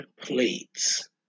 plates